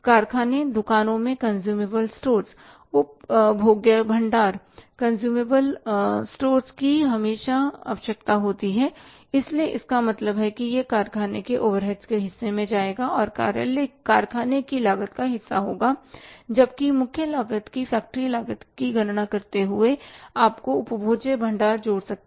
कारखाने दुकानों में कंज्यूमएबल स्टोर्स उपभोग्य भंडार कंज्यूम एबल स्टोर्स की हमेशा आवश्यकता होती है इसलिए इसका मतलब है कि यह कारखाने के ओवरहेड्स के हिस्से में जाएगा और कारखाने की लागत का हिस्सा होगा जबकि मुख्य लागत की फैक्टरी लागत की गणना करते समय आप उपभोज्य भंडार जोड़ सकते हैं